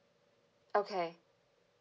okay